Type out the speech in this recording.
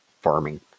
farming